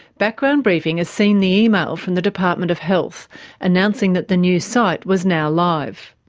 background briefing has seen the email from the department of health announcing that the new site was now live.